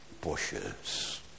bushes